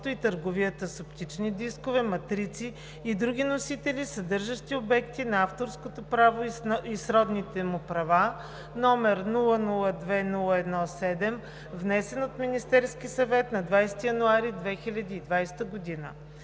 и търговията с оптични дискове, матрици и други носители, съдържащи обекти на авторското право и сродните му права, № 002-01-7, внесен от Министерския съвет на 20 януари 2020 г.